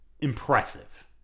impressive